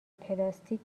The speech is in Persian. پلاستیک